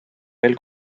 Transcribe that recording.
veel